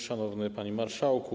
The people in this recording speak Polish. Szanowny Panie Marszałku!